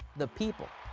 the people.